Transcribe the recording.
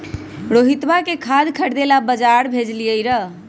हम रोहितवा के खाद खरीदे ला बजार भेजलीअई र